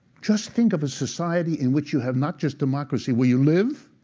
just think of a society in which you have not just democracy where you live,